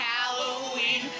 Halloween